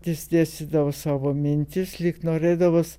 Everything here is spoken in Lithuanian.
jis dėstydavo savo mintis lyg norėdamas